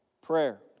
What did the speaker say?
prayer